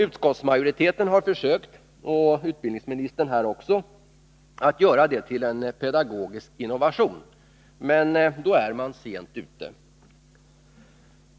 Utskottsmajoriteten har försökt — och även utbildningsministern — att göra det till en pedagogisk innovation, men då är man sent ute.